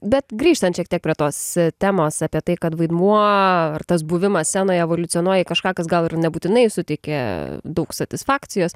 bet grįžtant šiek tiek prie tos temos apie tai kad vaidmuo ar tas buvimas scenoj evoliucionuoja į kažką kas gal ir nebūtinai suteikia daug satisfakcijos